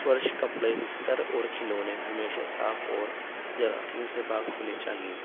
فرش کپڑے بستر اور کھلونے ہمیشہ صاف اور جراثیم سے پاک ہونے چاہیے